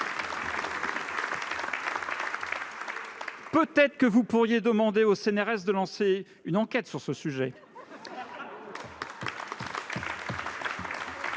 Peut-être pourriez-vous demander au CNRS de lancer une enquête sur ce sujet